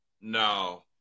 no